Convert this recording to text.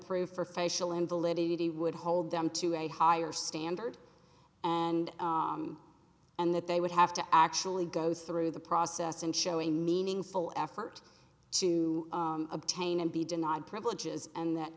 would hold them to a higher standard and and that they would have to actually go through the process and show a meaningful effort to obtain and be denied privileges and that